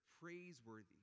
praiseworthy